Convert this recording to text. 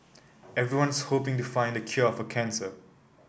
everyone's hoping to find the cure for cancer